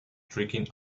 tricking